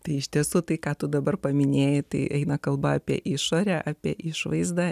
tai iš tiesų tai ką tu dabar paminėjai tai eina kalba apie išorę apie išvaizdą